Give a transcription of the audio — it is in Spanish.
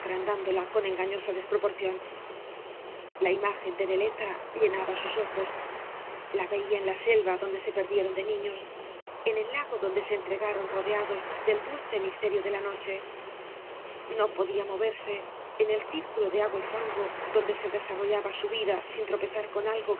con engañosa dea proporción la imagen de neleta llenaba sus ojos la veía en la selva donde se perdieron de niños en el lago donde se entregaron rodeados del dulce misterio de la noche no podía moverse en el círculo de agua y fango donde se desarrollaba su vida sin tropezar con algo